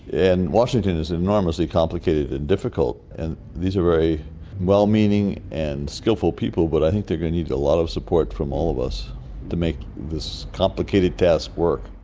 and washington is enormously complicated and difficult and these are very well-meaning and skilful people but i think they're going to need a lot of support from all of us to make this complicated task work.